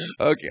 Okay